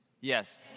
yes